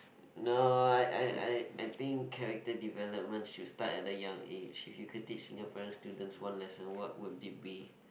no I I I I think character development should start at a young age if you could teach Singaporean students one lesson what could it be